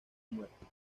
muerto